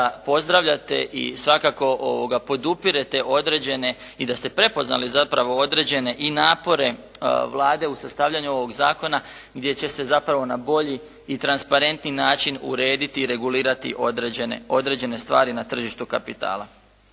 pozdravljate i svakako podupirete određene i da ste prepoznali zapravo određene i napore Vlade u sastavljanju ovog zakona gdje će se zapravo na bolji i transparentniji način urediti i regulirati određene stvari na tržištu kapitala.